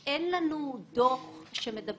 כי אין אף בנק שנתח